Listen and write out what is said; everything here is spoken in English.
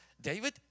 David